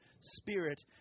spirit